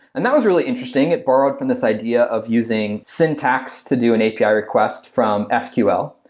and that was really interesting. it borrowed from this idea of using syntax to do an api request from fql.